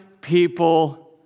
people